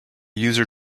user